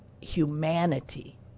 humanity